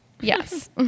yes